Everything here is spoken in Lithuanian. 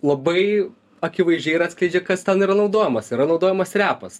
labai akivaizdžiai ir atskleidžia kas ten yra naudojamas yra naudojamas repas